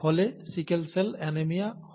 ফলে sickle cell anaemia হয়